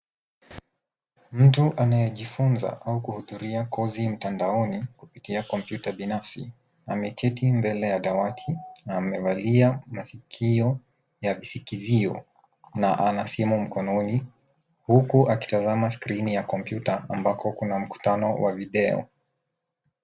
Mtu anayejifnza au kuhudhuria koi mtandaoni kupitia komyuta binafsi ameketi mbele ya dawati na amevalia masikio ya visikizio na ana simu mkononi huku akitazama skrini ya komyuta ambako kuna mkutano wa video.